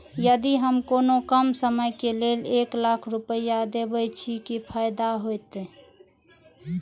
यदि हम कोनो कम समय के लेल एक लाख रुपए देब छै कि फायदा होयत?